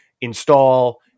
install